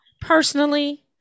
personally